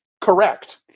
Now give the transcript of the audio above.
correct